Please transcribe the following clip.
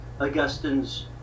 Augustine's